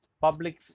public